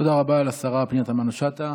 תודה רבה לשרה פנינה תמנו שטה.